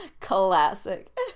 Classic